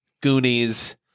Goonies